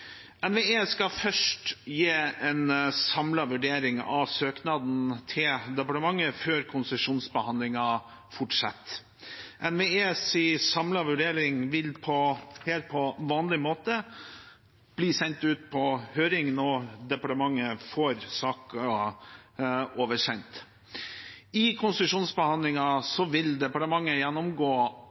NVE skal gi en samlet vurdering av søknaden til departementet før konsesjonsbehandlingen fortsetter. NVEs samlede vurdering vil bli sendt ut på høring på vanlig måte når departementet får saken oversendt. I konsesjonsbehandlingen vil departementet gjennomgå